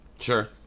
sure